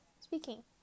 speaking